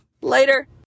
Later